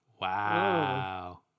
Wow